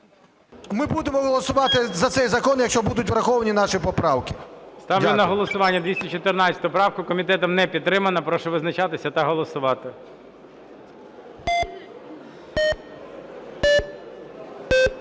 Ми будемо голосувати за цей закон, якщо будуть враховані наші поправки. Дякую. ГОЛОВУЮЧИЙ. Ставлю на голосування 214 правку. Комітетом не підтримана. Прошу визначатися та голосувати.